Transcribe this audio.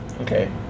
Okay